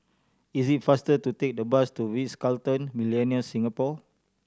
is it faster to take the bus to The Ritz Carlton Millenia Singapore